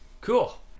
Cool